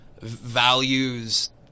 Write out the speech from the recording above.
values